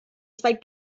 zwei